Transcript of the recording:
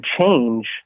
change